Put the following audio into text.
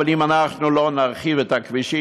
אבל אם אנחנו לא נרחיב את הכבישים,